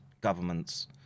governments